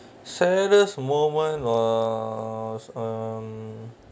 saddest moment uh s~ um